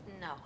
No